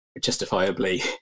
justifiably